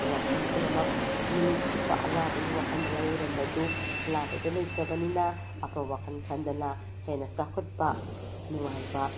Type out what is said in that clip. ꯋꯥꯈꯜ ꯄꯨꯝꯅꯃꯛ ꯅꯨꯃꯤꯠꯆꯨꯞꯄ ꯑꯅꯥꯕꯒꯤ ꯋꯥꯈꯜꯗ ꯂꯥꯏꯑꯣꯏꯔꯝꯕ ꯑꯗꯨ ꯑꯅꯥꯕꯗꯣ ꯂꯩꯇ꯭ꯔꯕꯅꯤꯅ ꯑꯐꯕ ꯋꯥꯈꯜ ꯈꯟꯗꯅ ꯍꯦꯟꯅ ꯆꯥꯎꯈꯠꯄ ꯅꯨꯡꯉꯥꯏꯕ